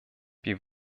wir